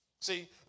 See